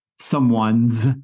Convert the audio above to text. Someone's